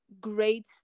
great